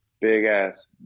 big-ass